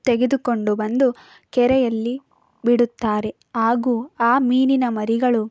ತೆಗೆದುಕೊಂಡು ಬಂದು ಕೆರೆಯಲ್ಲಿ ಬಿಡುತ್ತಾರೆ ಹಾಗೂ ಆ ಮೀನಿನ ಮರಿಗಳು